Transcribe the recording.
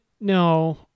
no